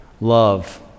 love